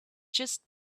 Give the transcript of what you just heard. just